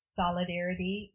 solidarity